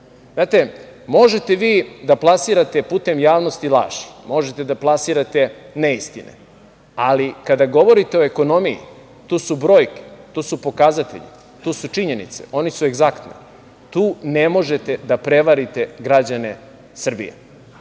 nivou. Znate, možete vi da plasirate putem javnosti laž, možete da plasirate neistine, ali kada govorite o ekonomiji, tu su brojke, tu su pokazatelji, tu su činjenice, one su egzaktne. Tu ne možete da prevarite građane Srbije